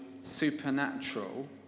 supernatural